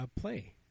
play